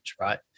Right